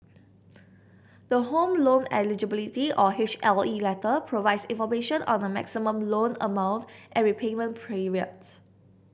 the Home Loan Eligibility or H L E letter provides information on the maximum loan amount and repayment period